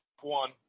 one